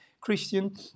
Christian